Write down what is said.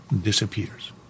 disappears